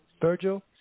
Virgil